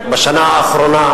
בשנה האחרונה